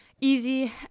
easy